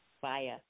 via